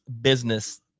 business